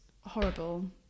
horrible